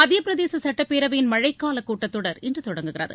மத்தியபிரதேச சட்டப்பேரவையின் மழைக்கால கூட்டத்தொடர் இன்று தொடங்குகிறது